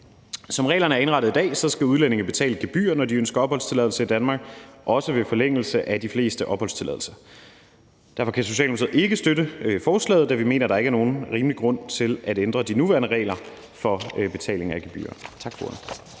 Som reglerne er indrettet i dag, skal udlændinge betale et gebyr, når de ønsker opholdstilladelse i Danmark, også ved forlængelse af de fleste opholdstilladelser. Derfor kan Socialdemokratiet ikke støtte forslaget, da vi ikke mener, at der er nogen rimelig grund til at ændre de nuværende regler for betaling af gebyrer.